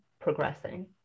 progressing